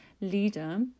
leader